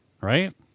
Right